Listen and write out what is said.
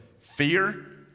fear